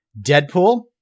Deadpool